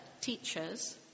teachers